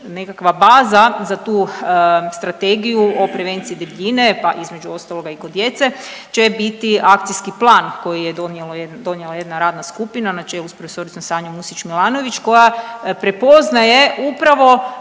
nekakva baza za tu strategiju o prevenciji debljine pa između ostaloga i kod djece će biti akciji plan koji je donijelo, donijela jedna radna skupna na čelu s profesoricom Sanjom Musić Milanović koja prepoznaje upravo